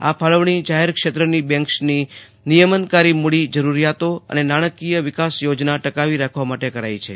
આ ફાલંવાણી જાહેર ક્ષેત્રની બેન્કિંગ ની નિયમનકારી મૂડી જરૂરિયાતો અને નાણાકીય વિકાસ યોજના ટકાવી રાખવા માટે કરાઈ છે